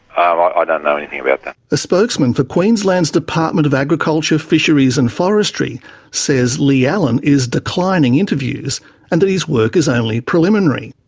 i don't know anything about that. a spokesman for queensland's department of agriculture, fisheries and forestry says lee allen is declining interviews and that his work is only preliminary.